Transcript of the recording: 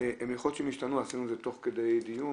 שיכול להיות שהן ישתנו, עשינו את זה תוך כדי דיון,